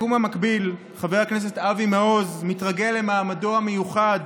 ביקום המקביל חבר הכנסת אבי מעוז מתרגל למעמדו המיוחד